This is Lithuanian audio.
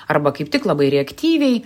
arba kaip tik labai reaktyviai